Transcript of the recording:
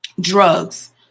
drugs